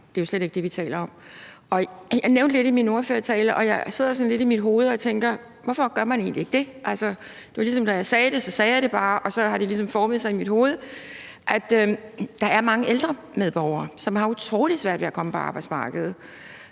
Det er jo slet ikke det, vi taler om, og jeg nævnte det lidt i min ordførertale, og jeg sidder sådan lidt i mit hoved og tænker: Hvorfor gør man egentlig ikke det? Altså, det var ligesom, at jeg, da jeg sagde det, så bare sagde det, og at det så har formet sig i mit hoved, at der er mange ældre medborgere, som har utrolig svært ved at komme på arbejdsmarkedet,